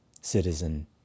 citizen